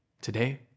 Today